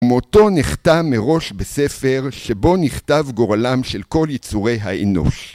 מותו נכתב מראש בספר שבו נכתב גורלם של כל יצורי האנוש.